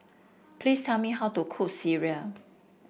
please tell me how to cook sireh